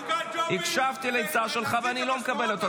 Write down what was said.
לא, תגיד.